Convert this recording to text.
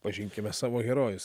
pažinkime savo herojus